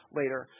later